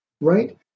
right